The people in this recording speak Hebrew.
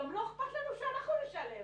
גם לא אכפת לנו שאנחנו נשלם,